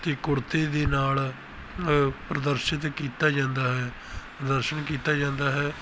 ਅਤੇ ਕੁੜਤੇ ਦੇ ਨਾਲ ਪ੍ਰਦਰਸ਼ਿਤ ਕੀਤਾ ਜਾਂਦਾ ਹੈ ਪ੍ਰਦਰਸ਼ਨ ਕੀਤਾ ਜਾਂਦਾ ਹੈ